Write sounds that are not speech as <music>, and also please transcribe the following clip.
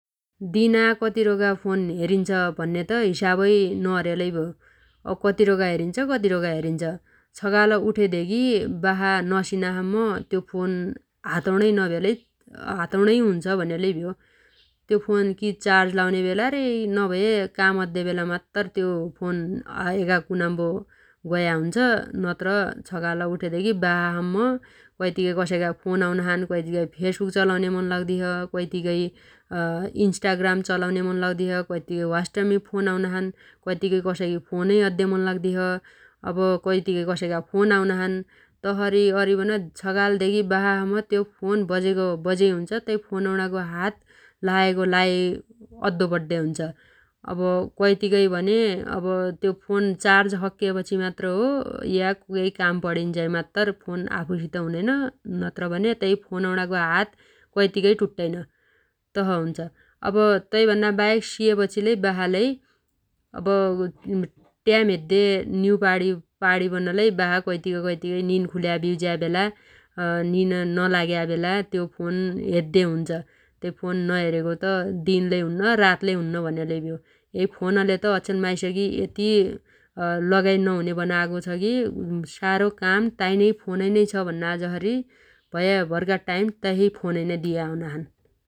दिना कति रोगा फोन हेरिन्छ भन्ने त हिसाबै नअरेलै भ्यो । अब कति रोगा हेरिन्छ कति रोगा हेरिन्छ । छगाल उठेधेगी बासा नसिनासम्म त्यो फोन हातौणै नभ्यालै हातौणै हुन्छ भन्या लै भ्यो । त्यो फोन कि चार्ज लाउने बेला रे कि नभए काम अद्दे बेला मात्तर फोन एगा कुनाम्बो गया हुन्छ । नत्र छगाल उठेधेगी बासा सम्म कैतिगै कसैगा फोन आउनाछन् कैतिगै फेसबुक चलाउन्या मन लाउदी छ । कैतिगै <hesitation> इन्स्टाग्राम चलाउन्या मन लाउदी छ कैतिगै ह्वाट्सएपमी फोन आउनाछन् । कैतिगै कसैगी फोनै अद्दे मन लाउदी छ । अब कैतिगै कसैगा फोन आउनाछन् । तसरी अरिबन छगालधेगी बासा सम्म त्यो फोन बजेगो बजेइ हुनोछ । तै फोनौणागो हात लायगो लायै <hesitation> अद्दो पड्डे हुन्छ । अब कैतिगै भने अब त्यो फोन चार्ज सक्केपछी मात्र हो या केइ काम पणिन्झाइ मात्तर फोन आफुसित हुनैन । नत्रभने तै फोनौणागो हात कैतिगै टुट्टैन । तस हुन्छ । अब तैभन्नाबाहेक सिएपछि लै बासालै अब <hesitation> ट्याम हेद्दे निहु पाण_पाणीबन लै बासा कैतिग कैतिगै निन खुल्या बेला ब्युज्या बेला निन नलाग्या बेला त्यो फोन हेद्दे हुन्छ । फोन नहेरेगो त दिन लै हुन्न रात लै हुन्न भनेलै भ्यो । यै फोनले त अचेल माइसगी यति <hesitation> लगाइ नहुने बनागो छ गी सारो काम तै फोनैनो छ भन्ना जसरी भयाभरगा टाइम तसै फोनैनै दिया हुनाछन् ।